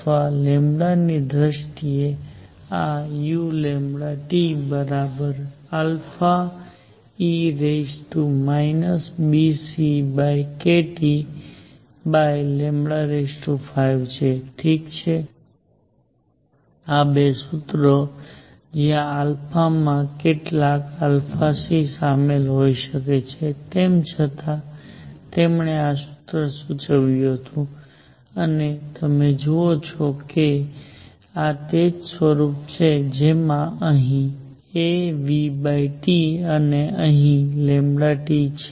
અથવા ની દ્રષ્ટિએ આ u e βckTλ5 છે ઠીક છે આ બે સૂત્રો જ્યાં માં કેટલાક c શામેલ હોઈ શકે છે તેમ છતાં તેમણે આ સૂત્ર સૂચવ્યુ હતું અને તમે જુઓ છો કે આ તે જ સ્વરૂપનું છે જેમાં અહીં a T અને અહીં T છે